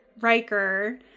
Riker